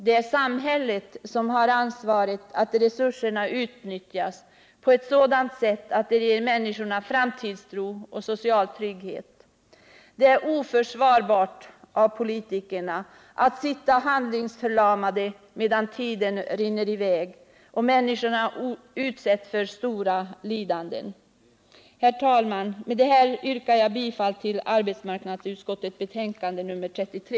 Det är samhället som har ansvaret för att resurserna utnyttjas på ett sådant sätt att de ger människorna framtidstro och social trygghet. Det är oförsvarbart av politikerna att sitta handlingsförlamade medan tiden rinner i väg och människorna utsätts för stora lidanden. Herr talman! Med detta yrkar jag bifall till arbetsmarknadsutskottets hemställan i betänkandet nr 33.